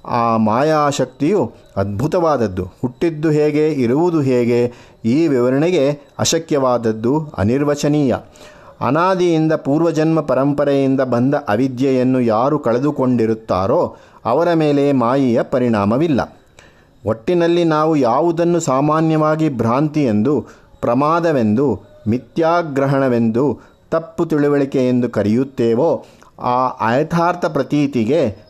ಆ ಮಾಯಾಶಕ್ತಿಯು ಅದ್ಭುತವಾದದ್ದು, ಹುಟ್ಟಿದ್ದು ಹೇಗೆ, ಇರುವುದು ಹೇಗೆ, ಈ ವಿವರಣೆಗೆ ಅಶಕ್ಯವಾದದ್ದು ಅನಿರ್ವಚನೀಯ. ಅನಾದಿಯಿಂದ ಪೂರ್ವಜನ್ಮ ಪರಂಪರೆಯಿಂದ ಬಂದ ಅವಿದ್ಯೆಯನ್ನು ಯಾರು ಕಳೆದುಕೊಂಡಿರುತ್ತಾರೋ, ಅವರ ಮೇಲೆ ಮಾಯೆಯ ಪರಿಣಾಮವಿಲ್ಲ. ಒಟ್ಟಿನಲ್ಲಿ ನಾವು ಯಾವುದನ್ನು ಸಾಮಾನ್ಯವಾಗಿ ಭ್ರಾಂತಿ ಎಂದು, ಪ್ರಮಾದವೆಂದು, ಮಿಥ್ಯಾಗ್ರಹಣವೆಂದು, ತಪ್ಪು ತಿಳುವಳಿಕೆ ಎಂದು ಕರೆಯುತ್ತೇವೋ, ಆ ಆಯಥಾರ್ಥ ಪ್ರತೀತಿಗೆ